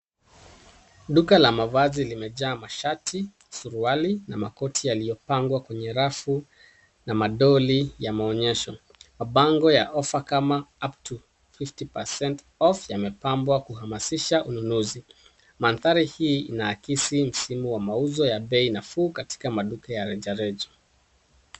Duka la mavazi limejaa mashati, suruali na makoti yaliyopangwa kwenye rafu na dolls za kuonyesha. Mabango ya ofa kama, upto fifty percent off ,yamepambwa kuhamasisha ununuzi. Mandhari hii inaakisi msimu wa mauzo ya bei nafuu katika maduka ya rejareja.